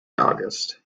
august